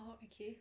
oh okay